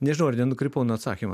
nežinau ar nenukrypau nuo atsakymo